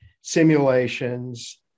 simulations